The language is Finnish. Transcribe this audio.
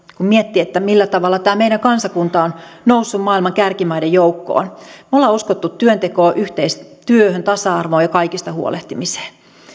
kun miettii millä tavalla tämä meidän kansakunta on noussut maailman kärkimaiden joukkoon me olemme uskoneet työntekoon yhteistyöhön tasa arvoon ja kaikista huolehtimiseen